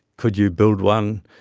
could you build one?